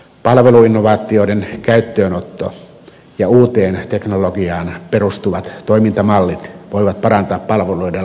palveluinnovaatioiden käyttöönotto ja uuteen teknologiaan perustuvat toimintamallit voivat parantaa palveluiden laatua